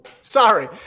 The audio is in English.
Sorry